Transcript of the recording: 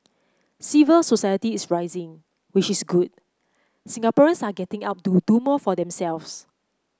civil society is rising which is good Singaporeans are getting up to do more for themselves